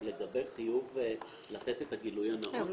לגבי חיוב לתת את הגילוי הנאות כמו